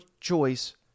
choice